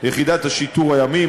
יחידת השיטור הימי,